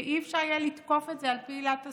ולא יהיה אפשר לתקוף את זה על פי עילת הסבירות.